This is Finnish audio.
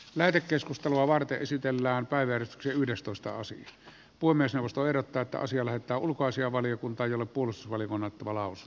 lähetekeskustelua varten esitellään päiväretki yhdestoista osin puomesivusto erottaa taisi olla että ulkoasianvaliokunta jolupulusvalikoiman kolaus